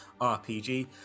RPG